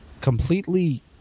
completely